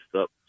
up